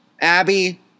Abby